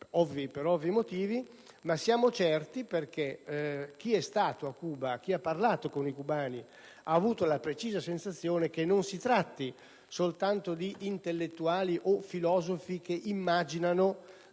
per ovvi motivi, ma siamo certi (perché chi è stato a Cuba ed ha parlato con i cubani ne ha avuto la precisa sensazione) che non si tratti soltanto di intellettuali o filosofi che immaginano